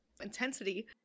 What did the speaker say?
intensity